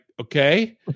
okay